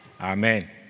Amen